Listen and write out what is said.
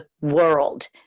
world